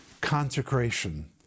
consecration